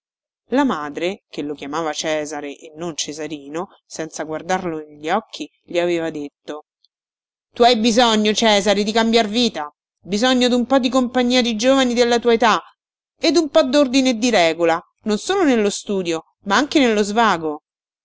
la madre che lo chiamava cesare e non cesarino senza guardarlo negli occhi gli aveva detto tu hai bisogno cesare di cambiar vita bisogno dun po di compagnia di giovani della tua età e dun po dordine e di regola non solo nello studio ma anche nello svago